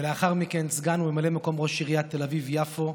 ולאחר מכן סגן ממלא מקום ראש עיריית תל אביב-יפו,